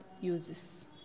uses